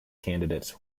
candidates